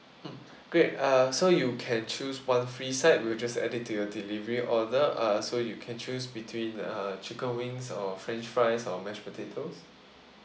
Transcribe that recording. mm great uh so you can choose one free set we'll just add it to your delivery order uh so you can choose between uh chicken wings or french fries or mash potatoes